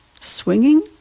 Swinging